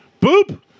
Boop